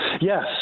Yes